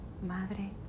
Madre